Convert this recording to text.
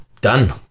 Done